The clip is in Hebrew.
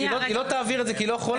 היא לא תעביר את זה כי היא לא יכולה.